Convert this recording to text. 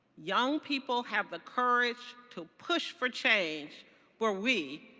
young people have the courage to push for change where we,